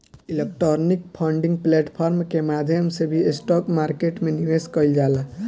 electronic trading platform के माध्यम से भी स्टॉक मार्केट में निवेश कईल जाला